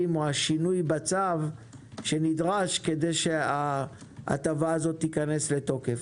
או השינוי בצו שנדרש כדי שההטבה הזו תיכנס לתוקף.